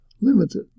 limited